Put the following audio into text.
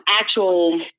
actual